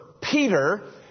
Peter